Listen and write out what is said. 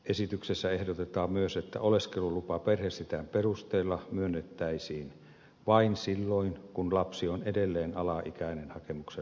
esityksessä ehdotetaan myös että oleskelulupa perhesiteen perusteella myönnettäisiin vain silloin kun lapsi on alaikäinen edelleen hakemuksen ratkaisuhetkellä